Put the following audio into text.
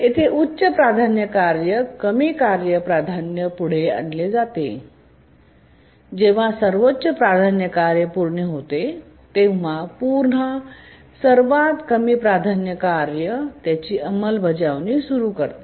येथे उच्च प्राधान्य कार्य कमी प्राधान्य कार्य पुढे आणते आणि जेव्हा सर्वोच्च प्राधान्य कार्य पूर्ण होते तेव्हा पुन्हा सर्वात कमी प्राधान्य कार्य त्याची अंमलबजावणी पुन्हा सुरू करते